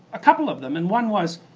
a couple of them, and one was